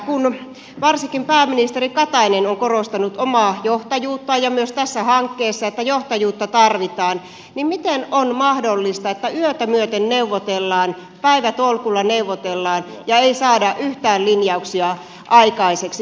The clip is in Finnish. kun varsinkin pääministeri katainen on korostanut omaa johtajuuttaan ja myös tässä hankkeessa sitä että johtajuutta tarvitaan niin miten on mahdollista että yötä myöten neuvotellaan päivätolkulla neuvotellaan ja ei saada yhtään linjauksia aikaiseksi